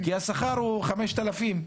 כי השכר הוא חמשת אלפים,